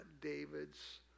David's